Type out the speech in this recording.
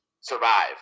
survive